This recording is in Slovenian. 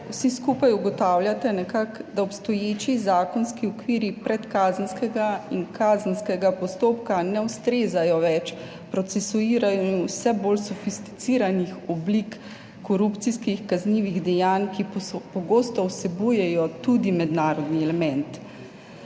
vsi skupaj ugotavljate nekako, da obstoječi zakonski okvir predkazenskega in kazenskega postopka ne ustrezajo več procesuiranju vse bolj sofisticiranih oblik korupcijskih kaznivih dejanj, ki pogosto vsebujejo tudi mednarodni element.